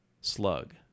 Slug